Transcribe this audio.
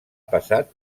passat